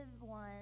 one